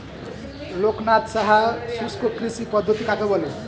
লোকনাথ সাহা শুষ্ককৃষি পদ্ধতি কাকে বলে?